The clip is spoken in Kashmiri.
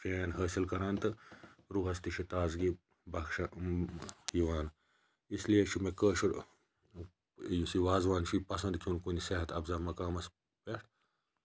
فین حٲصِل کَران تہٕ روٗحَس تہِ چھ تازگی بَخشان یِوان اِسلیے چھُ مےٚ کٲشُر یُس یہِ وازوان چھُ یہِ پَسَنٛد کھیٚون کُنہِ صحت اَفزا مَقامَس پیٚٹھ